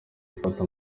gufata